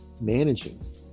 managing